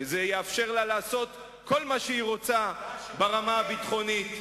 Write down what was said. שזה יאפשר לה כל מה שהיא רוצה ברמה הביטחונית.